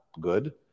good